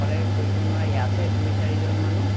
অকলে কৰিব নোৱাৰি আছে দুই চাৰিজন মানুহ